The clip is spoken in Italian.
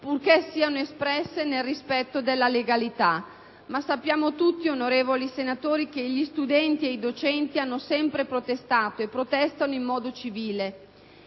purché siano espresse nel rispetto della legalità. Ma sappiamo tutti, onorevoli senatori, che gli studenti e i docenti hanno sempre protestato e protestano in modo civile.